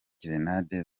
grenade